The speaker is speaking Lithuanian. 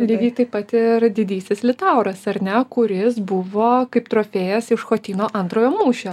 lygiai taip pat ir didysis liutauras ar ne kuris buvo kaip trofėjas iš chotino antrojo mūšio